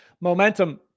Momentum